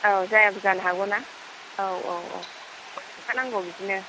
औ जायाबो जानो हागौना औ औ औ हरखानांगौ बिदिनो